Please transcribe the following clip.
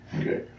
okay